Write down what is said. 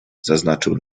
zaznaczył